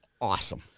awesome